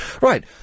Right